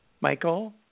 Michael